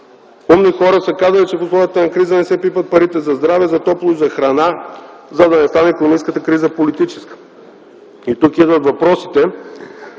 Умни хора са казали, че в условията на криза не се пипат парите за здраве, за топло, за храна, за да не стане икономическата криза политическа. И тук идват въпросите,